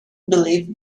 believed